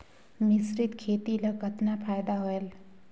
मिश्रीत खेती ल कतना फायदा होयल?